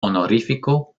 honorífico